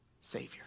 Savior